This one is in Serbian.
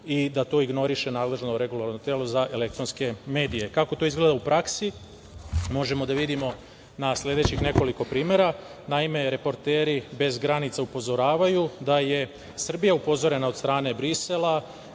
i da to ignoriše nadležno Regulatorno telo za elektronske medije. Kako to izgleda u praksi možemo da vidimo na sledećih nekoliko primera. Naime, reporteri bez granica upozoravaju da je Srbija upozorena od strane Brisela